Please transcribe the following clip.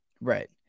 right